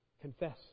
confess